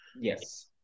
Yes